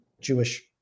Jewish